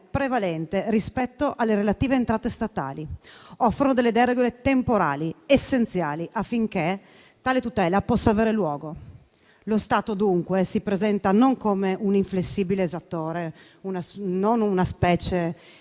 prevalente rispetto alle relative entrate statali, offrono delle deroghe temporali essenziali affinché tale tutela possa aver luogo. Lo Stato, dunque, si presenta non come un inflessibile esattore, non come una specie